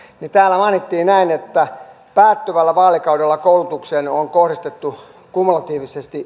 mainittiin näin että päättyvällä vaalikaudella koulutukseen on kohdistettu kumulatiivisesti